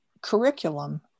curriculum